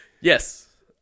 Yes